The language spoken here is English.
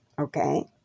okay